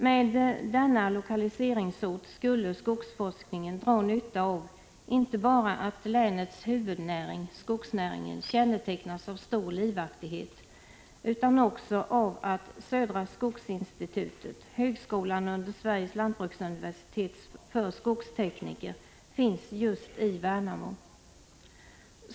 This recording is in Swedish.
Med denna lokaliseringsort skulle skogsforskningen dra nytta inte bara av att länets huvudnäring, dvs. skogsnäringen, känneteckas av stor livaktighet utan också av att södra skogsinstitutet — högskolan under Sveriges lantbruksuniversitet för skogstekniker — finns just i Värnamo.